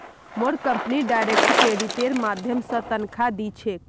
मोर company direct क्रेडिटेर माध्यम स तनख़ा दी छेक